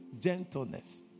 Gentleness